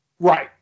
right